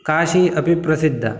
काशी अपि प्रसिद्धा